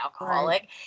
alcoholic